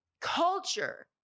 culture